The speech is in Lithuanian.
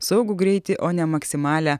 saugų greitį o ne maksimalią